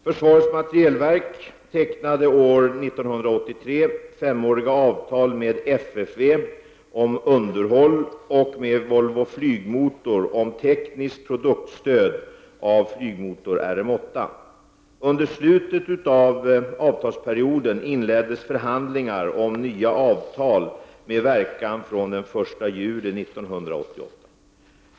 Försvarets materielverk tecknade år 1983 femåriga avtal med FFV om underhåll och med Volvo Flygmotor om tekniskt produktstöd av flygmotor RMS. Under slutet av avtalsperioden inleddes förhandlingar om nya avtal med verkan från den 1 juli 1988.